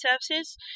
services